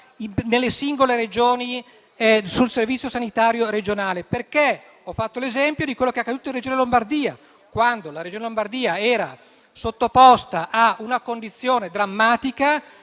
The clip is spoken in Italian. nelle singole Regioni sul servizio sanitario regionale, richiamando quello che è accaduto in Regione Lombardia. Quando la Regione Lombardia era sottoposta a una condizione drammatica